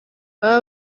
baba